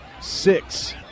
six